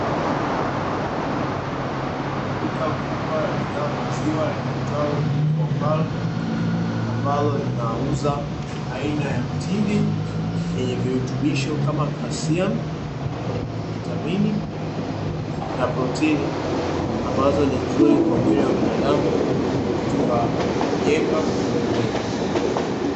Duka kubwa la bidhaa ya maziwa liitwalo "klompala", ambalo linauza aina ya mtindi, wenye virutubisho kama kasiani, vitamini na protini, ambazo ni nzuri kwa mwili wa binadamu katika kujenga mwili.